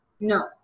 No